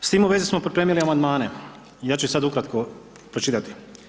S time u vezi smo pripremili amandmane i ja ću ih sad ukratko pročitati.